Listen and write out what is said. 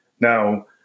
Now